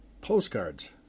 Postcards